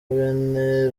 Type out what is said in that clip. bene